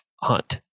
hunt